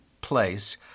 place